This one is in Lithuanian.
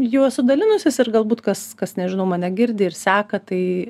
jų esu dalinusis ir galbūt kas kas nežinau mane girdi ir seka tai